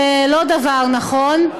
זה לא דבר נכון.